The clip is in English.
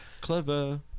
Clever